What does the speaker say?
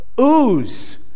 ooze